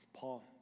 Paul